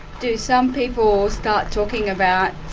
do some people start talking about